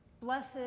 Blessed